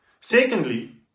Secondly